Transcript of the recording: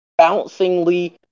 bouncingly